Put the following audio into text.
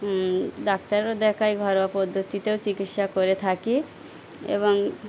ডাক্তারও দেখাই ঘরোয়া পদ্ধতিতেও চিকিৎসা করে থাকি এবং